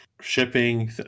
shipping